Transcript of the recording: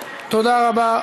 תודה רבה.